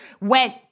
went